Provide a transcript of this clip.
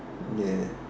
ya